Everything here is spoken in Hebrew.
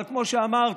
אבל כמו שאמרתי,